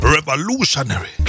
Revolutionary